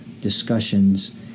discussions